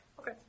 Okay